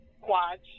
quads